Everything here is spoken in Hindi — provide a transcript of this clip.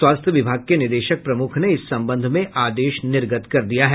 स्वास्थ्य विभाग के निदेशक प्रमुख ने इस संबंध में आदेश निर्गत कर दिया है